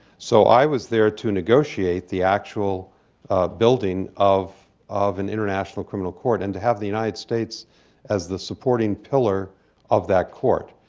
so i was there to negotiate the actual building of of an international criminal court and to have the united states as the supporting pillar of that court.